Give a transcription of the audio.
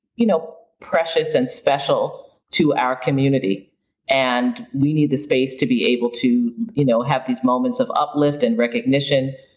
you know precious and special to our community and we need the space to be able to you know have these moments of uplift and recognition.